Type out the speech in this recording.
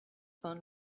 phone